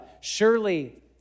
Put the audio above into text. surely